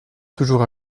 toujours